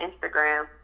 instagram